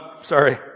Sorry